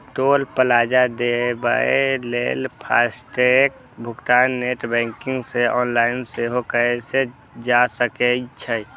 टोल plaza देबय लेल FASTag भुगतान नेट बैंकिंग सं ऑनलाइन सेहो कैल जा सकै छै